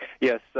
Yes